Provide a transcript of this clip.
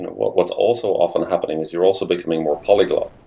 what's also often happening is you're also becoming more polyglot,